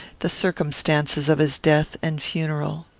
the circumstances of his death and funeral.